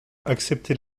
acceptez